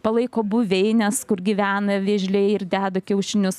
palaiko buveines kur gyvena vėžliai ir deda kiaušinius